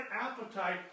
appetite